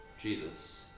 Jesus